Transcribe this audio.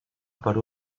per